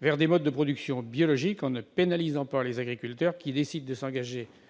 vers des modes de production biologique en ne pénalisant pas les agriculteurs qui décident de s'engager dans cette voie.